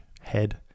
head